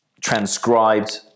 transcribed